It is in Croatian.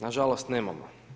Nažalost, nemamo.